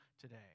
today